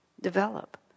develop